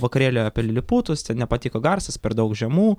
vakarėly apie liliputus ten nepatiko garsas per daug žemų